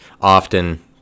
often